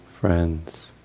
friends